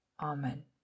Amen